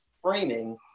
framing